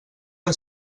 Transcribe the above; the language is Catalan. que